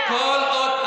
02:00,